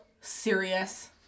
serious